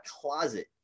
closet